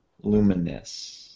Luminous